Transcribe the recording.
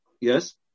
yes